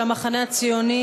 של המחנה הציוני,